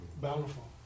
bountiful